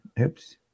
Oops